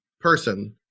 person